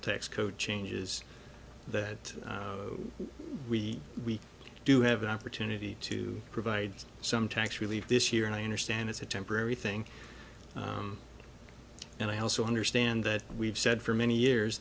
code changes that we we do have an opportunity to provide some tax relief this year and i understand it's a temporary thing and i also understand that we've said for many years